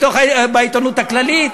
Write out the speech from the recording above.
בעיתונות הכללית.